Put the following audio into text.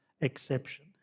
exception